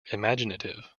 imaginative